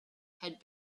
had